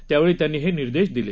त्यावेळी त्यांनी हे निर्देश दिले